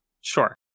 Sure